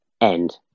end